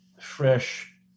fresh